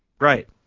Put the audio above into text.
right